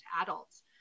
adults